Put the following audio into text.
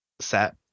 set